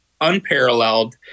unparalleled